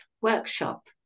workshop